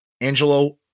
Angelo